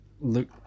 look